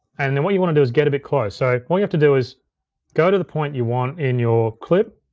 and then what you wanna do is get a bit close. so all you have to do is go to the point you want in your clip,